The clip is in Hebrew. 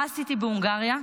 מה עשיתי בהונגריה?